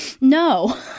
No